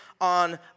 on